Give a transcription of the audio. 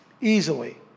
easily